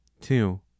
two